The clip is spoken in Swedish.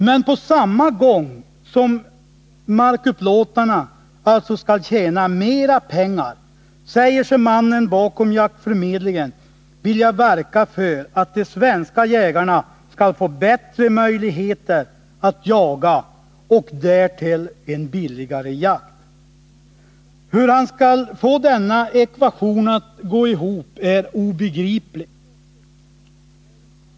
Men på samma gång som markupplåtarna alltså skall tjäna mera pengar säger sig mannen bakom jaktförmedlingen vilja verka för att de svenska jägarna skall få bättre möjligheter att jaga och därtill en billigare jakt. Hur han skall få denna ekvation att gå ihop är obegripligt.